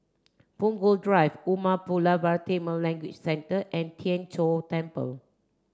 Punggol Drive Umar Pulavar Tamil Language Centre and Tien Chor Temple